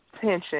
tension